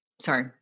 sorry